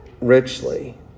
richly